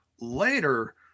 later